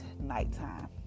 nighttime